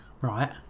right